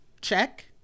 check